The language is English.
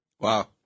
Wow